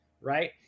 Right